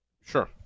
sure